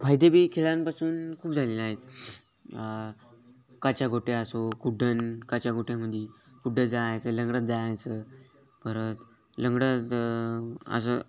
फायदेबी खेळांपासून खूप झालेले आहेत काच्या गोट्या असो कुड्डन काच्या गोट्यामध्ये कुड्ड जायचं लंगडत जायचं परत लंगडत असं